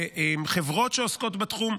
וחברות שעוסקות בתחום.